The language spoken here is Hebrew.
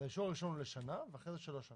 האישורים של ועדת האישורים הארצית.